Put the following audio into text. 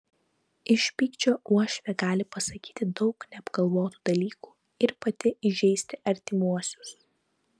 iš pykčio uošvė gali pasakyti daug neapgalvotų dalykų ir pati įžeisti artimuosius